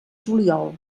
juliol